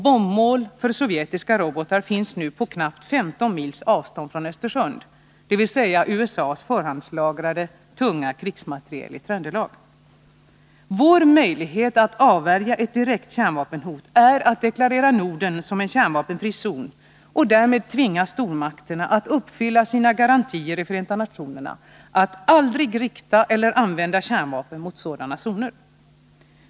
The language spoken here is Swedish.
Bombmål för sovjetiska robotar finns nu på 15 mils avstånd från Östersund, dvs. USA:s förhandslagrade tunga krigsmateriel i Tröndelag. Vår möjlighet att avvärja ett direkt kärnvapenhot är att deklarera Norden som en kärnvapenfri zon och därmed tvinga stormakterna att uppfylla sina garantier i Förenta nationerna att aldrig rikta eller använda kärnvapen mot sådana zoner.